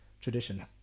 tradition